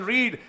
Read